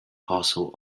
castle